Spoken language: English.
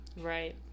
Right